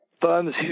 firms